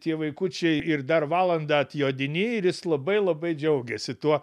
tie vaikučiai ir dar valandą atjodinėj ir jis labai labai džiaugiasi tuo